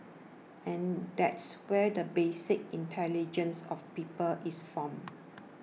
and that's where the basic intelligence of people is formed